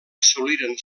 assoliren